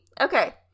Okay